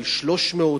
300,000,